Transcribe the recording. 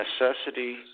necessity